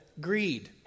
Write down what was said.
greed